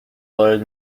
وارد